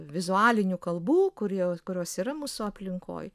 vizualinių kalbų kurio kurios yra mūsų aplinkoj